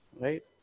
right